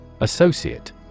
Associate